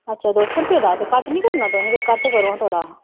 अच्छा दौ सौ रुपये दा ते घट्ट नेईं करना तुसे घट्ट करो हां थोह्ड़ा